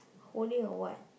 holding a what